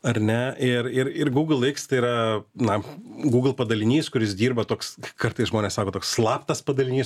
ar ne ir ir ir google iks tai yra na google padalinys kuris dirba toks kartais žmonės sako toks slaptas padalinys